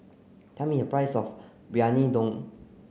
tell me the price of Briyani Dum